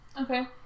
okay